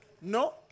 No